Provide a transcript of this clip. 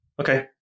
Okay